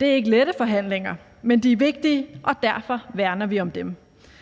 Det er ikke lette forhandlinger, men de er vigtige, og derfor værner vi om dem.